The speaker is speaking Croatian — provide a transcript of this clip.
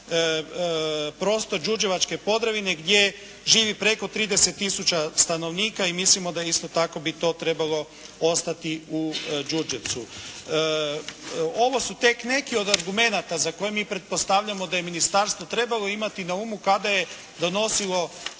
prostor đurđevačke Podravine gdje živi preko 30000 stanovnika i mislim da isto tako bi to trebalo ostati u Đurđevcu. Ovo su tek neki od argumenata za koje mi pretpostavljamo da je Ministarstvo trebalo imati na umu kada je donosilo